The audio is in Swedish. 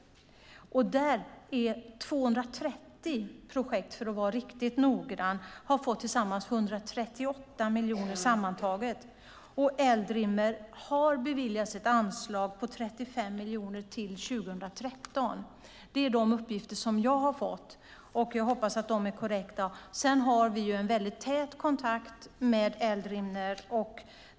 230 projekt har fått tillsammans 138 miljoner. Eldrimner har beviljats ett anslag på 35 miljoner till 2013. Det är de uppgifter som jag har fått, och jag hoppas att de är korrekta. Sedan har vi en tät kontakt med Eldrimner.